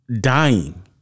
Dying